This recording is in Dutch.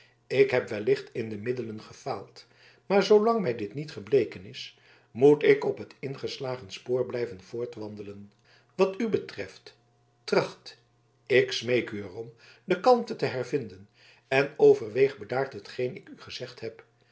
ik heb wellicht in de middelen gefaald maar zoolang mij dit niet gebleken is moet ik op het ingeslagen spoor blijven voortwandelen wat u betreft tracht ik smeek er u om de kalmte te hervinden en overweeg bedaard hetgeen ik u gezegd heb